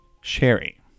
Sherry